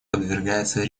подвергается